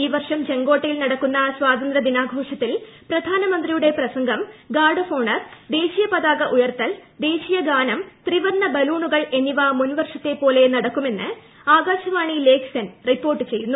ഈ വർഷം ചെങ്കോട്ടയിൽ നടക്കുന്ന സ്വാതന്ത്ര്യദിനാഘോഷത്തിൽ പ്രധാനമന്ത്രിയുടെ പ്രസംഗം ഗാർഡ് ഓഫ് ഓണർ ദേശീയ പതാക ഉയർത്തൽ ദേശീയഗാനം ത്രിവർണ്ണ ബലൂണുകൾ എന്നിവ മുൻവർഷ്ട്ടത്തിപ്പോലെ നടക്കുമെന്ന് ആകാശവാണി ലേഖകൻ റിപ്പോർട്ട് ഒപ്പിയ്യുന്നു